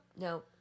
No